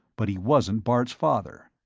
but he wasn't bart's father.